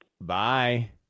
Bye